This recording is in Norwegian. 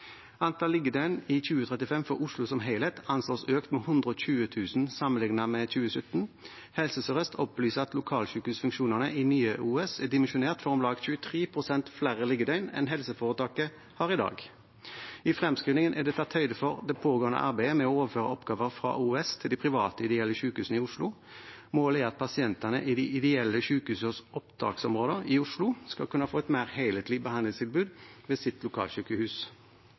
Antall liggedøgn i 2035 for Oslo som helhet antas økt med 120 000 sammenlignet med 2017. Helse Sør-Øst opplyser at lokalsykehusfunksjonene i Nye OUS er dimensjonert for om lag 23 pst. flere liggedøgn enn helseforetaket har i dag. I fremskrivingen er det tatt høyde for det pågående arbeidet med å overføre oppgaver fra OUS til de private ideelle sykehusene i Oslo. Målet er at pasientene i de ideelle sykehusenes opptaksområder i Oslo skal kunne få et mer helhetlig behandlingstilbud ved sitt lokalsykehus.